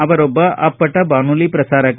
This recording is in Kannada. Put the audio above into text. ಅವರೊಬ್ಲ ಅಪ್ಪಟ ಬಾನುಲಿ ಪ್ರಸಾರಕ